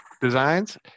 designs